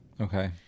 Okay